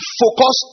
focus